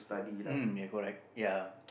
mm you're correct ya